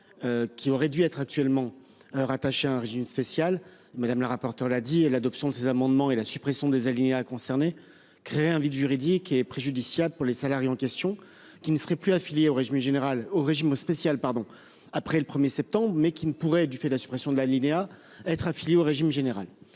Qui aurait dû être actuellement rattaché à un régime spécial. Madame la rapporteure là dit et l'adoption de ces amendements et la suppression des alinéas concernés crée un vide juridique est préjudiciable pour les salariés en question qui ne serait plus affiliés au régime général au régime spécial pardon après le 1er septembre mais qui ne pourrait, du fait de la suppression de l'alinéa être affiliés au régime général